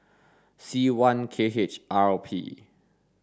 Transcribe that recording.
C one K H R P